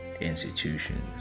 institutions